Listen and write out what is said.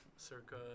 Circa